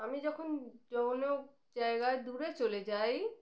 আমি যখন যৌন জায়গায় দূরে চলে যাই